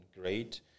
great